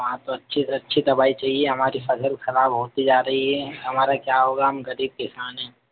हाँ तो अच्छे अच्छी दवाई चाहिए हमारी फसल ख़राब होती जा रही हैं हमारा क्या होगा हम ग़रीब किसान हैं